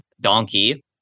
Donkey